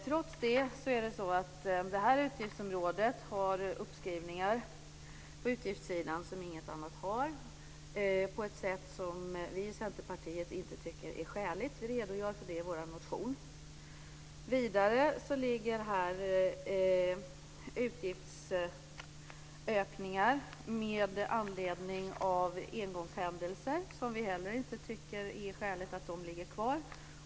Trots det förekommer det inom detta utgiftsområde uppskrivningar som inte har motsvarighet på andra utgiftsområden och som vi i Centerpartiet inte tycker är skäliga. Vi redogör för detta i vår motion. Vidare finns här utgiftsökningar med anledning av engångshändelser, och vi tycker inte heller att det är skäligt att de ska få ligga kvar.